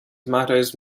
tomatoes